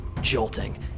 jolting